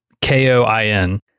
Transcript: K-O-I-N